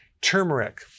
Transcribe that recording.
Turmeric